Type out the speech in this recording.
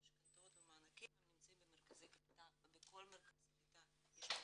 במשכנתאות ומענקים הם נמצאים במרכזי קליטה ובכל מרכז קליטה יש מדריכים,